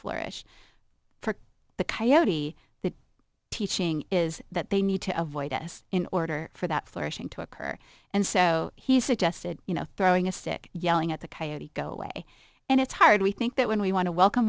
flourish for the coyote that teaching is that they need to avoid us in order for that flourishing to occur and so he suggested you know throwing a sick yelling at the coyote go away and it's hard we think that when we want to welcome